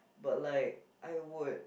but like I would